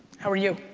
how are you?